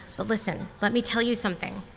listen, let me tell you something.